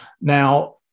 Now